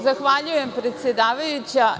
Zahvaljujem predsedavajuća.